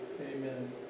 Amen